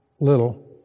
little